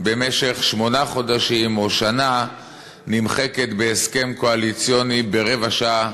במשך שמונה חודשים או שנה נמחקת בהסכם קואליציוני ברבע שעה,